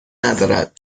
ندارد